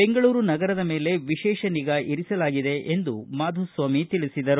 ಬೆಂಗಳೂರು ನಗರದ ಮೇಲೆ ವಿಶೇಷ ನಿಗಾ ಇರಿಸಲಾಗಿದೆ ಎಂದು ಮಾಧುಸ್ವಾಮಿ ತಿಳಿಸಿದರು